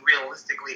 realistically